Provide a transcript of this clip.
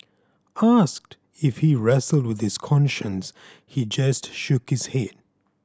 asked if he wrestled with his conscience he just shook his head